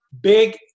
Big